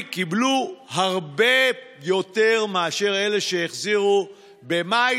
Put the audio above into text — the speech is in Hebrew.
קיבלו הרבה יותר מאשר אלה שהחזירו במאי.